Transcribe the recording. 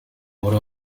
muri